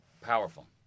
powerful